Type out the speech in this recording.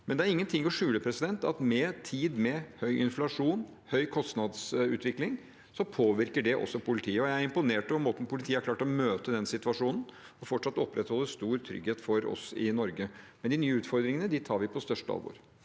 Men det er ingenting å skjule at i en tid med høy inflasjon og høy kostnadsutvikling påvirker det også politiet. Jeg er imponert over måten politiet har klart å møte den situasjonen og fortsatt opprettholde stor trygghet for oss i Norge. Men de nye utfordringene tar vi på største alvor.